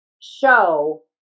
show